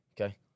okay